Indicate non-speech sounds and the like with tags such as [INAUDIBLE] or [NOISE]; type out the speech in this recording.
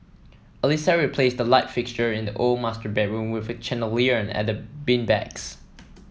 Alissa replaced the light fixture in the old master bedroom with a chandelier and [UNINTELLIGIBLE] beanbags